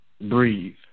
breathe